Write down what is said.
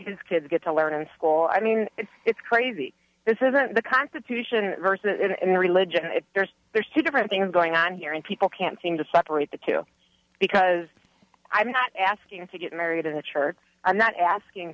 his kids get to learn in school i mean it's it's crazy to say that the constitution person and religion there's there's two different things going on here and people can't seem to separate the two because i'm not asking to get married in the church i'm not asking